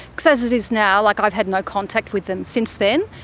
because as it is now like i've had no contact with them since then.